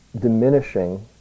diminishing